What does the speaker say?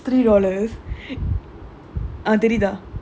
okay this [one] right is I bought from bali is only three dollars eh